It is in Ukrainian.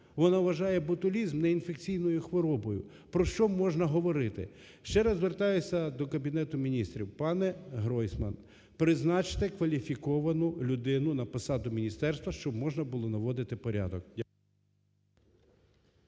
вона вважає ботулізм неінфекційною хворобою. Про що можна говорити? Ще раз звертаюся до Кабінету Міністрів. Пане Гройсман, призначте кваліфіковану людину на посаду міністерства, щоб можна було наводити порядок.